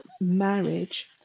marriage